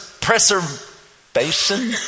preservation